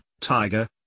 tiger